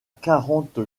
quarante